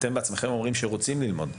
אתם בעצמכם אומרים שהם רוצים ללמוד,